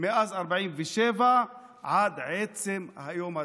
מאז 47' עד עצם היום הזה.